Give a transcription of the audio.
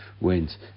Went